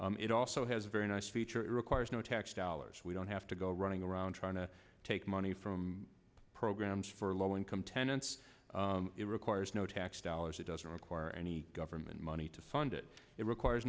statistics it also has a very nice feature it requires no tax dollars we don't have to go running around trying to take money from programs for low income tenants it requires no tax dollars it doesn't require any government money to fund it it requires